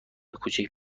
کوچک